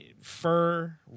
fur